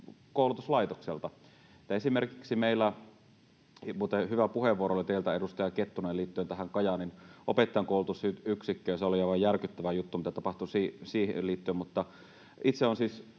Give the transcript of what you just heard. koulutuslaitokselta. Esimerkiksi meillä — muuten hyvä puheenvuoro oli teiltä, edustaja Kettunen, liittyen tähän Kajaanin opettajankoulutusyksikköön, se oli aivan järkyttävä juttu, mitä tapahtui siihen liittyen — Oulun